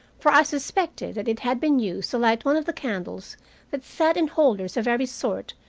for i suspected that it had been used to light one of the candles that sat in holders of every sort,